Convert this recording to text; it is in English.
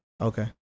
Okay